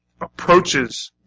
approaches